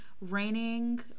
raining